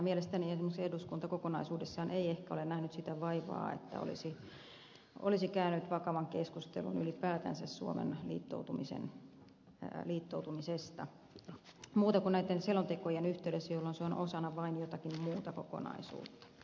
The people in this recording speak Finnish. mielestäni esimerkiksi eduskunta kokonaisuudessaan ei ehkä ole nähnyt sitä vaivaa että olisi käynyt vakavan keskustelun ylipäätänsä suomen liittoutumisesta muuten kuin näiden selontekojen yhteydessä jolloin se on osana vain jotakin muuta kokonaisuutta